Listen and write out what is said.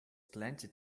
plenty